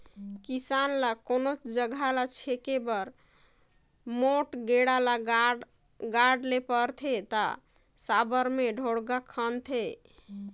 किसान ल कोनोच जगहा ल छेके बर मोट गेड़ा ल गाड़े ले परथे ता साबर मे ढोड़गा खनथे